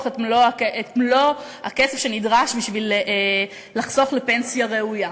את מלוא הכסף שנדרש בשביל פנסיה ראויה.